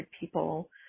people